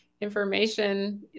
information